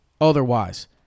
otherwise